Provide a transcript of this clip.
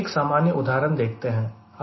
यह एक सामान्य उदाहरण देखते हैं